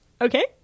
Okay